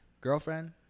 girlfriend